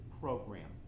program